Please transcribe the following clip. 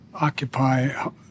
occupy